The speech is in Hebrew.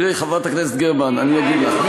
תראי, חברת הכנסת גרמן, אני אגיד לך.